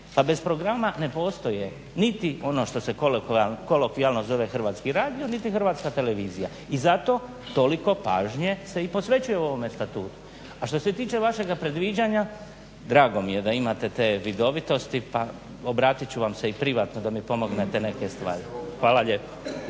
Pa bez programa ne postoje niti ono što se kolokvijalno zove Hrvatski radio niti Hrvatska televizija i zato toliko pažnje se i posvećuje u ovome statutu. A što se tiče vašega predviđanja, drago mi je da imate te vidovitosti pa obratit ću vam se i privatno da mi pomognete i neke stvari. Hvala lijepo.